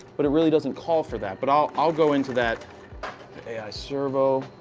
but it really doesn't call for that. but i'll i'll go into that ai servo.